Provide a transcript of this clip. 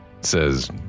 says